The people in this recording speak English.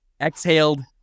exhaled